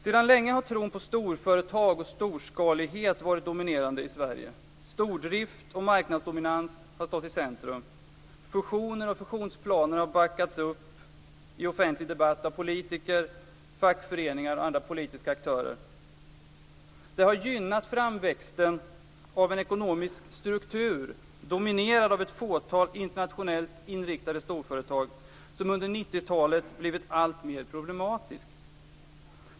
Sedan länge har tron på storföretag och storskalighet varit dominerande i Sverige. Stordrift och marknadsdominans har stått i centrum. Fusioner och fusionsplaner har backats upp i offentlig debatt av politiker, fackföreningar och andra politiska aktörer. Det har gynnat framväxten av en ekonomisk struktur, dominerad av ett fåtal internationellt inriktade storföretag, som under 90-talet blivit alltmer problematisk.